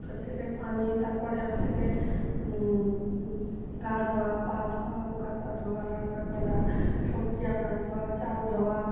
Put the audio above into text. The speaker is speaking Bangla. হচ্ছে কি পানি তার পরে হচ্ছে কি গা ধোয়া পা ধোয়া মুখ হাত পা ধোয়া রান্না করা সবজি আনাজ ধোয়া চাল ধোয়া